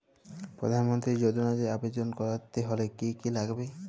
প্রধান মন্ত্রী যোজনাতে আবেদন করতে হলে কি কী লাগবে?